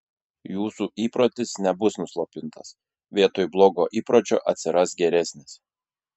jūsų įprotis nebus nuslopintas vietoj blogo įpročio atsiras geresnis